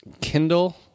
Kindle